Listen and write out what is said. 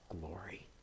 glory